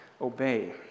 obey